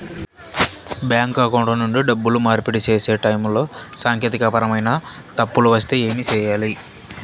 bank account నుండి డబ్బులు మార్పిడి సేసే టైములో సాంకేతికపరమైన తప్పులు వస్తే ఏమి సేయాలి